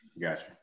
Gotcha